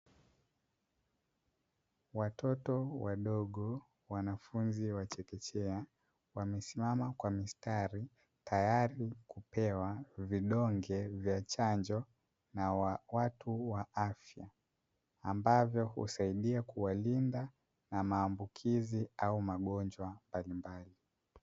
Watoto wadogo wanafunzi wa chekechea wamesimama kwa mistari tayari kupewa vidonge vya chanjo na watu wa afya, ambavyo husaidia kuwalinda na maambukizi au magonjwa mbalimbali.